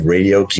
Radio